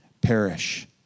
perish